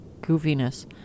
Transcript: goofiness